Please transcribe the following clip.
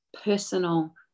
personal